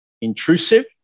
intrusive